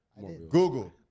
google